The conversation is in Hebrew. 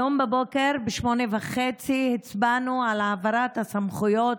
היום בבוקר, ב-08:30, הצבענו על העברת הסמכויות